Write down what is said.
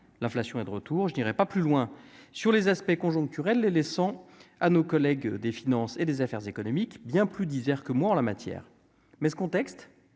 l'inflation est de retour, je n'irai pas plus loin sur les aspects conjoncturels, les laissant à nos collègues des finances et des affaires économiques bien plus disert que moi en la matière mais ce contexte